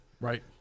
Right